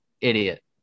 idiot